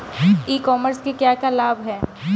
ई commerce के क्या क्या लाभ हैं?